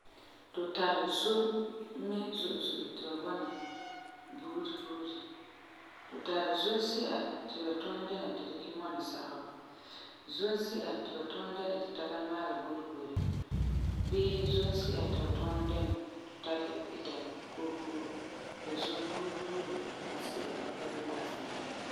Tu tari zom mɛ zo'e zo'e ti ba bɔna buuri buuri. Tu tari zom si'a ti bu tuunɛ dɛna ti tara mɔna sagebɔ, zom si'a ti bu tuunɛ dɛna tu tara maala borebori bii zom si'a ti bu tuunɛ dɛna tu tara ita kookoo, la zom buuri buuri asi'a kelum pa'asɛ.